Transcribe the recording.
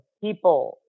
people